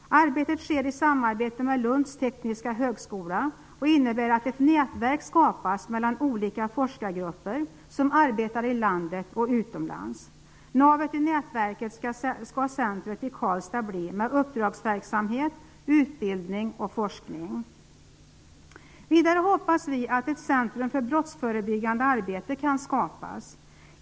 Arbetet sker i samarbete med Lunds tekniska högskola och innebär att ett nätverk skapas mellan olika forskargrupper, som arbetar i landet och utomlands. Navet i nätverket skall centret i Karlstad bli med uppdragsverksamhet, utbildning och forskning. Vidare hoppas vi att ett centrum för brottsförebyggande arbete kan skapas.